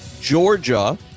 Georgia